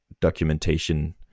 documentation